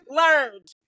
learned